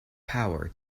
power